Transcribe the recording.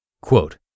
Quote